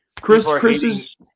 Chris